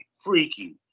freaky